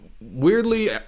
weirdly